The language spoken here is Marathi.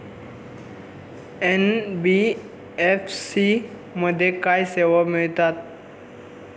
एन.बी.एफ.सी मध्ये काय सेवा मिळतात?